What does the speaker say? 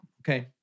okay